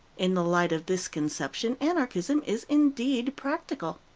in the light of this conception, anarchism is indeed practical.